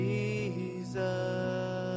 Jesus